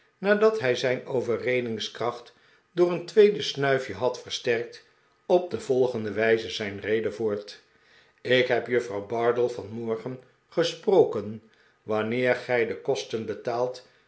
nadat hij zijn overredingskracht door een tweede snuifje had versterkt op de volgende wijze zijn rede voort ik heb juffrouw bardell vanmorgen gesproken wanneer gij de kosten betaalt